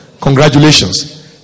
Congratulations